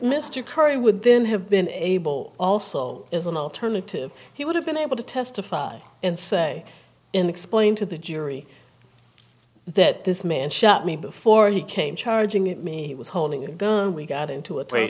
mr curry would then have been able also as an alternative he would have been able to testify and say in explaining to the jury that this man shot me before he came charging at me he was holding a gun we got into a